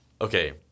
Okay